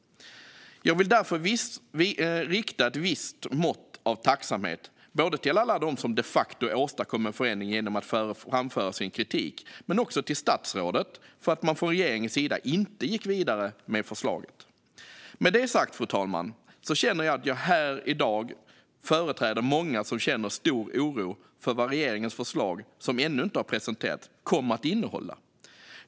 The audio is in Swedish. Jag vill därför rikta ett visst mått av tacksamhet både till alla dem som de facto åstadkom en förändring genom att framföra sin kritik och till statsrådet för att man från regeringens sida inte gick vidare med förslaget. Med det sagt, fru talman, känner jag att jag här i dag företräder många som känner stor oro för vad regeringens förslag, som ännu inte har presenterats, kommer att innehålla.